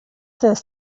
this